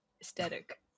aesthetic